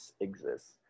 exists